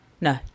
No